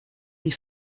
les